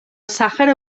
sàhara